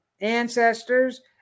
ancestors